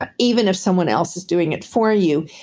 but even if someone else is doing it for you,